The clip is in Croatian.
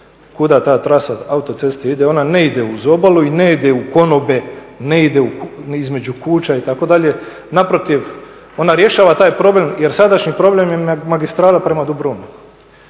kuda ta trasa autoceste ide, ona ne ide uz obalu i ne ide u konobe, ne ide između kuća itd. Naprotiv, ona rješava taj problem jer sadašnji problem je magistrala prema Dubrovniku.